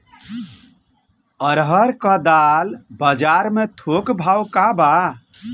अरहर क दाल बजार में थोक भाव का बा?